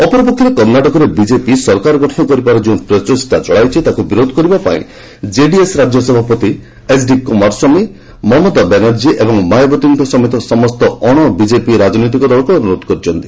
ଅନ୍ୟପକ୍ଷରେ କର୍ଷାଟକରେ ବିଜେପି ସରକାର ଗଠନ କରିବାର ଯେଉଁ ପ୍ରଚେଷ୍ଟା ଚଳାଇଛି ତାକୁ ବିରୋଧ କରିବା ପାଇଁ ଜେଡିଏସ୍ ରାଜ୍ୟ ସଭାପତି ଏଚ୍ଡି କୁମାରସ୍ୱାମୀ ମମତା ବାନାର୍ଜୀ ଏବଂ ମାୟାବତୀଙ୍କ ସମେତ ସମସ୍ତ ଅଣବିଜେପି ରାଜନୈତିକ ଦଳକ୍ ଅନ୍ଦରୋଧ କରିଛନ୍ତି